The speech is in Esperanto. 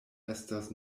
estas